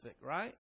right